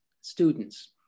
students